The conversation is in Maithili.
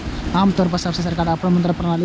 आम तौर पर सब सरकारक अपन मुद्रा प्रणाली होइ छै